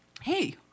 Hey